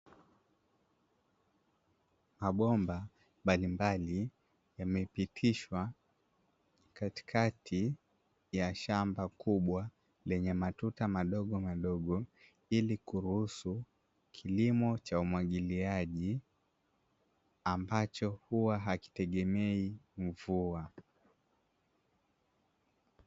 Mabomba mbali mbali yamepitishwa kati kati ya shamba kubwa lenye matuta madogo madogo, ili kuruhusu kilimo cha umwagiliaji ambacho hua hakitegemei mvua.